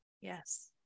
Yes